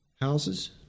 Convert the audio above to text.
Houses